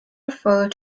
refer